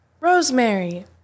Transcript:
Rosemary